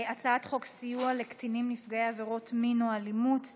הצעת חוק סיוע לקטינים נפגעי עבירות מין או אלימות (תיקון,